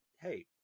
Hey